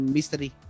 Mystery